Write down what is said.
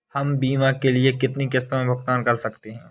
हम बीमा के लिए कितनी किश्तों में भुगतान कर सकते हैं?